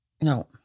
no